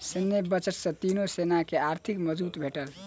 सैन्य बजट सॅ तीनो सेना के आर्थिक मजबूती भेटल